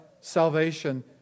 salvation